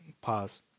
Pause